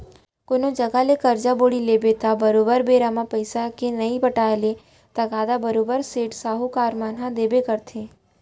कोनो जघा ले करजा बोड़ी लेबे त बरोबर बेरा म पइसा के नइ पटाय ले तगादा बरोबर सेठ, साहूकार मन ह देबे करथे